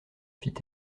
fit